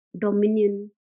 dominion